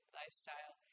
lifestyle